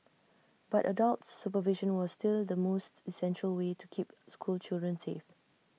but adult supervision was still the most essential way to keep school children safe